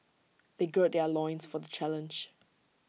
they gird their loins for the challenge